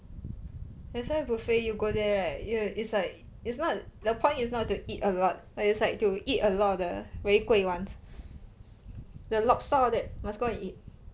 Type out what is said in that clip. that's why buffet you go there right ya it's like it's not the point is not to eat a lot but it's like to eat a lot of the very 贵 [one] the lobster all that that must go and eat